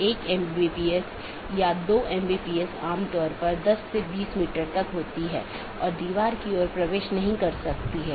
और यदि हम AS प्रकारों को देखते हैं तो BGP मुख्य रूप से ऑटॉनमस सिस्टमों के 3 प्रकारों को परिभाषित करता है